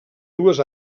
dues